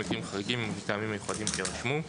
במקרים חריגים ומטעמים מיוחדים שיירשמו.